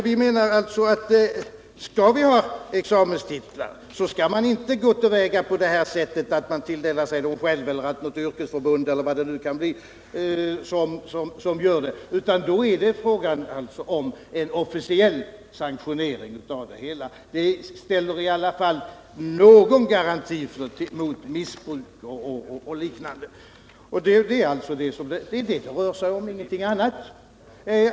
Vi menar att skall vi ha examenstitlar så skall man inte gå till väga på det sättet att den enskilde får tilldela sig en titel själv eller att något yrkesförbund e. d. utdelar titlarna, utan det bör vara fråga om en officiell sanktionering av examenstitlarna från utbildningsmyndigheten. Det ger i alla fall någon garanti mot missbruk och liknande. Och det är detta det rör sig om - ingenting annat.